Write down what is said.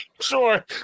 sure